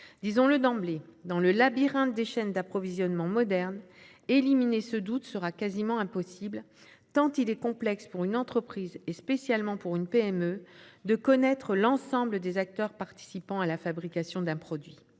Disons-le d'emblée : dans le labyrinthe des chaînes d'approvisionnement modernes, éliminer ce doute sera quasiment impossible, tant il est complexe pour une entreprise, et spécialement pour une PME, de connaître l'ensemble des acteurs participant à la fabrication d'un produit.